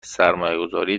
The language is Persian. سرمایهگذاری